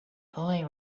boy